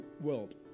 world